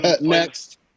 Next